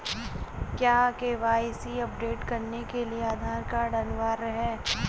क्या KYC update करने के लिए आधार कार्ड अनिवार्य है?